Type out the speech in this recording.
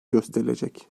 gösterilecek